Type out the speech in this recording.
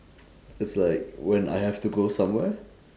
it's like when I have to go somewhere